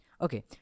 Okay